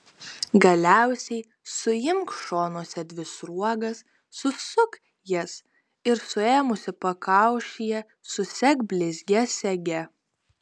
galiausiai suimk šonuose dvi sruogas susuk jas ir suėmusi pakaušyje susek blizgia sege